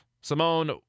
Simone